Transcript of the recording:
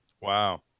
Wow